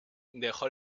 dejó